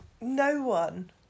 no-one